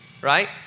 right